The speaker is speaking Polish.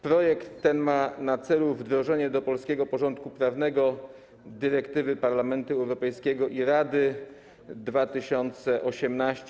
Projekt ten ma na celu wdrożenie do polskiego porządku prawnego dyrektywy Parlamentu Europejskiego i Rady 2018/958.